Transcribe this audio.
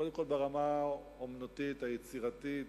קודם כול ברמה האמנותית, היצירתית,